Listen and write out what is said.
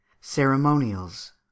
Ceremonials